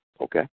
Okay